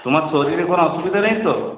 তোমার শরীরে কোনো অসুবিধা নেই তো